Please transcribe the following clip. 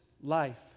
life